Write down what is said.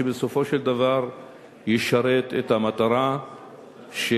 ובסופו של דבר זה ישרת את המטרה שנאמרה